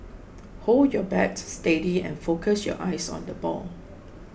hold your bat steady and focus your eyes on the ball